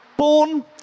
born